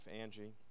Angie